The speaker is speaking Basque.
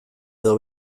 edo